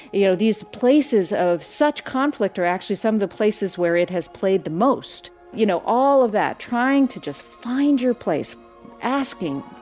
you know, these places of such conflict are actually some of the places where it has played the most. you know, all of that, trying to just find your place asking,